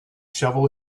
shovel